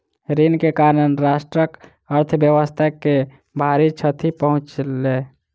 ऋण के कारण राष्ट्रक अर्थव्यवस्था के भारी क्षति पहुँचलै